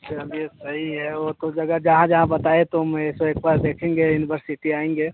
चलिए सही है और कुछ जगह जहाँ जहाँ बताए तो मैं से एक बार देखेंगे यूनिवर्सिटी आएँगे